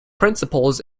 principles